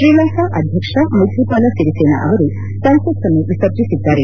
ತ್ರೀಲಂಕಾ ಅಧ್ಯಕ್ಷ ಮೈತ್ರಿಪಾಲ ಸಿರಿಸೇನಾ ಅವರು ಸಂಸತ್ತನ್ನು ವಿಸರ್ಜಿಸಿದ್ದಾರೆ